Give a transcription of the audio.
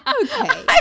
okay